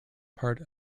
part